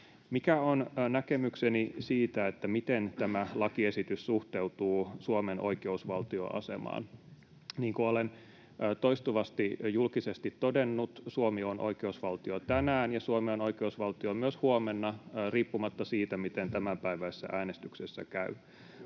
Mikä on näkemykseni siitä, miten tämä lakiesitys suhteutuu Suomen oikeusvaltioasemaan? Niin kuin olen toistuvasti julkisesti todennut, Suomi on oikeusvaltio tänään ja Suomi on oikeusvaltio myös huomenna riippumatta siitä, miten tämänpäiväisessä äänestyksessä käy.